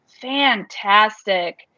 fantastic